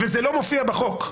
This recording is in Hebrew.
וזה לא מופיע בחוק,